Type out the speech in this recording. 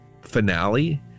finale